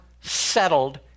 settled